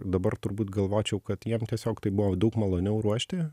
dabar turbūt galvočiau kad jiem tiesiog tai buvo daug maloniau ruošti